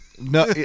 No